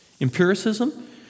empiricism